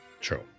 True